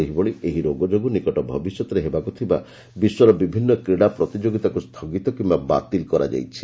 ସେହିଭଳି ଏହି ରୋଗ ଯୋଗୁଁ ନିକଟ ଭବିଷ୍ୟତରେ ହେବାକୁ ଥିବା ବିଶ୍ୱର ବିଭିନ୍ନ କ୍ରୀଡ଼ା ପ୍ରତିଯୋଗୀତାକୁ ସ୍ଥଗିତ କିମ୍ବା ବାତିଲ କରାଯାଇଛି